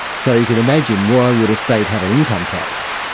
so you can imagine why would a state have an income tax,